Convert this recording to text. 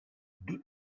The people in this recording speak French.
deux